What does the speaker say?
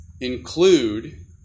include